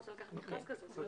מה